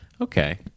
Okay